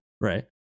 Right